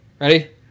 ready